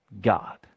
God